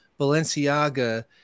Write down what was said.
balenciaga